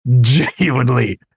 genuinely